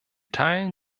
teilen